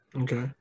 Okay